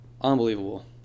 unbelievable